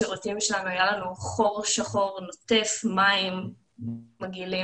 השירותים היו חור שחור נוטף מים מגעילים,